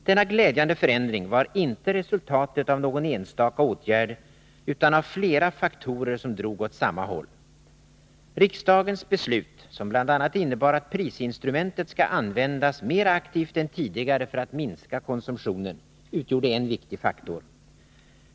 Denna glädjande förändring var inte resultatet av någon enstaka åtgärd utan av flera faktorer som drog åt samma håll. Riksdagens beslut, som bl.a. innebar att prisinstrumentet skall användas mer aktivt än tidigare för att minska konsumtionen, utgjorde en viktig faktor.